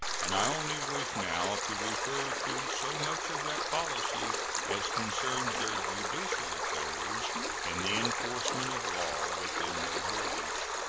and i only wish now to refer to so much of that policy as concerns their judicial affairs and the enforcement of law within their borders.